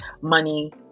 money